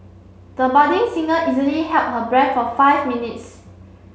the budding singer easily held her breath for five minutes